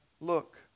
look